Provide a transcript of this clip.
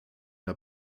der